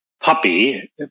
puppy